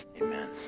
Amen